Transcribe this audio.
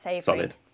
solid